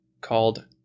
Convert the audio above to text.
called